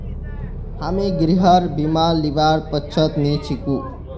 हामी गृहर बीमा लीबार पक्षत नी छिकु